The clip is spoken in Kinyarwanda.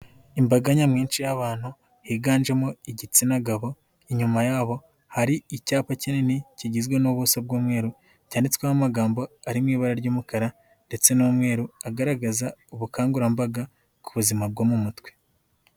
Imbaga nyamwinshi y'abantu higanjemo igitsina gabo, inyuma yabo hari icyapa kinini kigizwe n'ubuso bw'umweru cyanditswemo amagambo ari mu ibara ry'umukara ndetse n'umweru agaragaza ubukangurambaga ku buzima bwo mu mutwe.